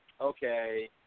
okay